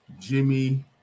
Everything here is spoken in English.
Jimmy